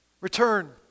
return